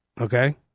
Okay